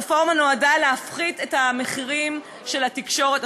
הרפורמה נועדה להפחית את המחירים של התקשורת,